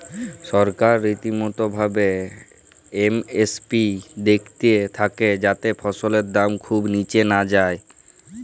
সরকার রীতিমতো ভাবে এম.এস.পি দ্যাখতে থাক্যে যাতে ফসলের দাম খুব নিচে না যায়